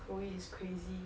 chloe is crazy